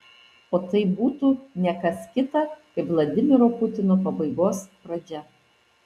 o tai būtų ne kas kita kaip vladimiro putino pabaigos pradžia